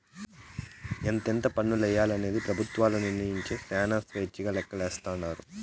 ఎంతెంత పన్నులెయ్యాలనేది పెబుత్వాలు నిర్మయించే శానా స్వేచ్చగా లెక్కలేస్తాండారు